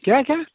کیٛاہ کیٛاہ